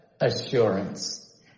assurance